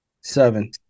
Seven